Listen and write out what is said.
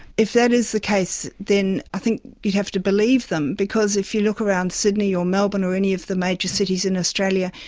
if that is the case then i think you'd have to believe them because if you look around sydney or melbourne or any of the major cities in australia,